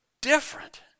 different